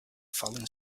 falling